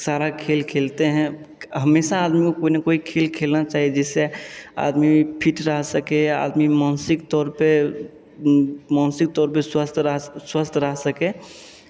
सारा खेल खेलते हैं हमेशा आदमी को कोई ना कोई खेल खेलना चाहिए जिससे आदमी फिट रह सके आदमी मानसिक तौर पे मानसिक तौर पे स्वस्थ रह स्वस्थ रह सके